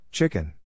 Chicken